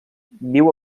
viu